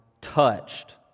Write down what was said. touched